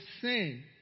sin